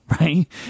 right